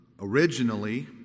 Originally